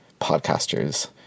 podcasters